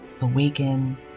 awaken